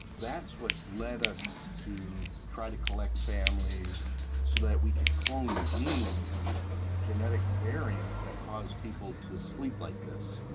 that's what led us to try to collect families so that we could clone genes and genetic variance that cause people to sleep like this.